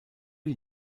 die